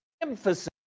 emphasis